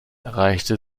erreichte